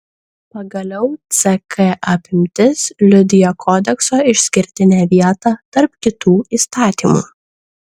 pagaliau ck apimtis liudija kodekso išskirtinę vietą tarp kitų įstatymų